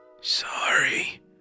Sorry